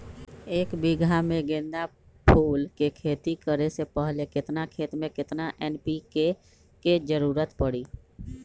एक बीघा में गेंदा फूल के खेती करे से पहले केतना खेत में केतना एन.पी.के के जरूरत परी?